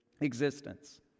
existence